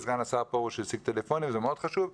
וסגן השר פורוש השיג טלפונים וזה מאוד חשוב,